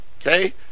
Okay